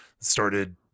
started